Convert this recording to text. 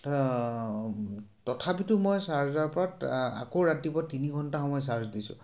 তথাপিতো মই চাৰ্জাৰপাত আকৌ ৰাতিপুৱা তিনি ঘণ্টা সময় চাৰ্জ দিছোঁ